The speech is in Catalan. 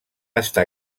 estar